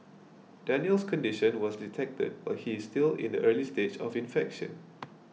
Daniel's condition was detected while he is still in the early stage of infection